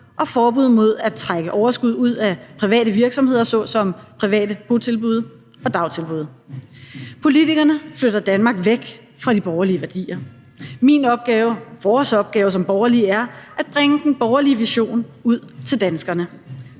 og forbud mod at trække overskud ud af private virksomheder såsom private botilbud og dagtilbud. Politikerne flytter Danmark væk fra de borgerlige værdier. Min opgave, vores opgave som borgerlige er at bringe den borgerlige vision ud til danskerne.